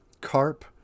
Carp